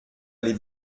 aller